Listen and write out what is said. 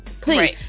please